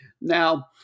Now